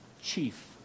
chief